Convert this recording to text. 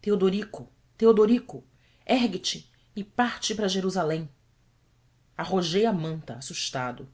teodorico teodorico ergue-te e parte para jerusalém arrojei a manta assustado